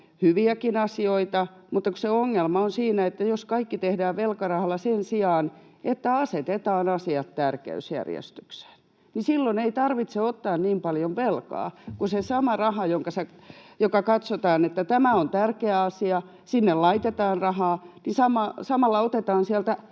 hyviäkin asioita, se ongelma on siinä, jos kaikki tehdään velkarahalla sen sijaan, että asetetaan asiat tärkeysjärjestykseen. Silloin ei tarvitse ottaa niin paljon velkaa, kun se sama raha — kun katsotaan, että tämä on tärkeä asia, sinne laitetaan rahaa — samalla otetaan ei